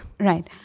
Right